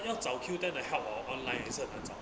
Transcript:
要找 Q_O_O ten 的 help hor online 也是很难找